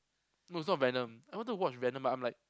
no it's not venom I wanted to watch venom but I'm like